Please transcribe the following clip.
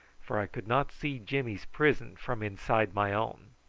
for i could not see jimmy's prison from inside my own.